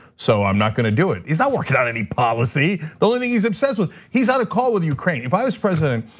so i'm not gonna do it. he's not working on any policy. the only thing he's obsessed with, he's on a call with ukraine. if i was president,